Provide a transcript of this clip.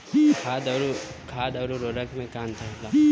खाद्य आउर उर्वरक में का अंतर होला?